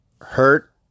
hurt